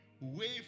wave